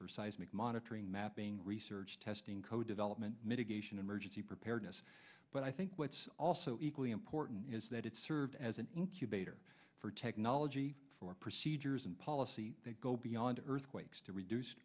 for seismic monitoring mapping research testing code development mitigation emergency preparedness but i think what's also equally important is that it serves as an incubator for technology for procedures and policy that go beyond earthquakes to reduce